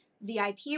VIP